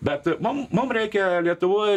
bet mum mums reikia lietuvoj